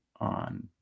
on